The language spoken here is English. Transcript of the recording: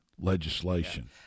legislation